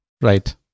right